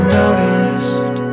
noticed